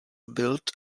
built